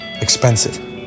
expensive